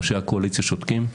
ראשי הקואליציה שותקים,